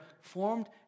formed